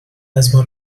ازما